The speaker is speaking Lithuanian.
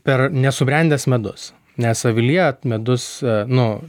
per nesubrendęs medus nes avilyje medus nu